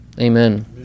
Amen